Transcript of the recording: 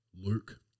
Luke